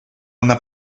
una